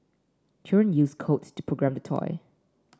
children used codes to program the toy